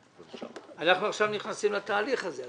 עכשיו נכנסים לתהליך הזה.